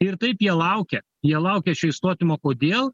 ir taip jie laukia jie laukia šio įstatymo kodėl